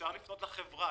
אפשר לפנות לחברה.